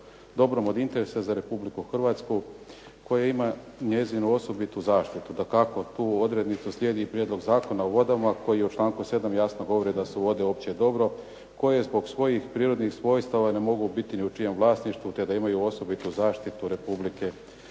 dobrom od interesa za Republiku Hrvatsku koje ima njezinu osobitu zaštitu. Dakako, tu odrednicu slijedi i Prijedlog zakona o vodama koji u članku 7. jasno govori da su vode opće dobro koje zbog svojih prirodnih svojstava ne mogu biti ni u čijem vlasništvu, te da imaju osobitu zaštitu Republike Hrvatske.